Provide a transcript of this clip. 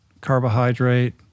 carbohydrate